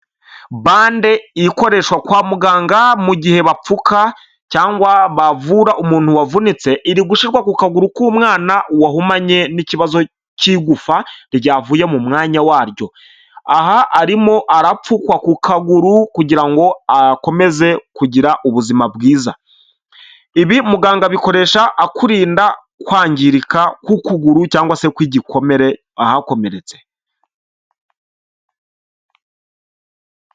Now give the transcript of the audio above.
Bande ikoreshwa kwa muganga mu gihe bapfuka cyangwa bavura umuntu wavunitse, iri gushirwa ku kaguru k'umwana wahumanye n'ikibazo cy'igufa ryavuye mu mwanya waryo, aha arimo arapfukwa ku kaguru kugira ngo akomeze kugira ubuzima bwiza, ibi muganga abikoresha akurinda kwangirika k'ukuguru cyangwa se ku igikomere, ahakomeretse.